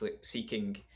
seeking